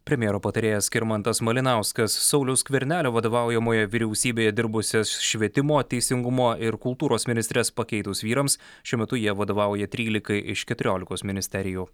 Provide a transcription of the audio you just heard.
premjero patarėjas skirmantas malinauskas sauliaus skvernelio vadovaujamoje vyriausybėje dirbusias švietimo teisingumo ir kultūros ministres pakeitus vyrams šiuo metu jie vadovauja trylikai iš keturiolikos ministerijų